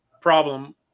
problem